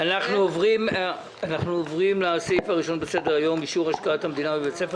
אנחנו עוברים לנושא הראשון בסדר היום: אישור השקעת המדינה לבית הספר